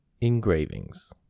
Engravings